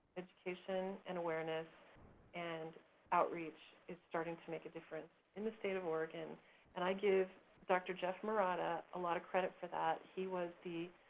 education and awareness and outreach is starting to make a difference in the state of oregon and i give dr. jeff marotta a lot of credit for that. he was the